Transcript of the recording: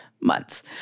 months